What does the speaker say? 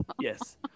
yes